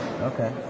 Okay